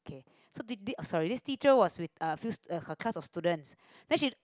okay so th~ this uh sorry this teacher was with a few uh a class of students then she